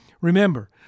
Remember